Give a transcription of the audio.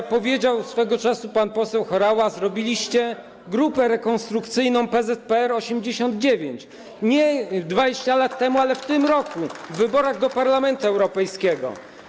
Jak powiedział swojego czasu pan poseł Horała, stworzyliście grupę rekonstrukcyjną PZPR 1989, nie 20 lat temu, ale w tym roku, w wyborach do Parlamentu Europejskiego.